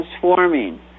transforming